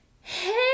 Hey